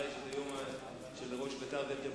אולי כי זה היום של ראש בית"ר זאב ז'בוטינסקי.